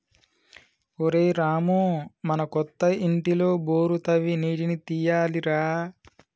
ఒరేయ్ రామూ మన కొత్త ఇంటిలో బోరు తవ్వి నీటిని తీయాలి రా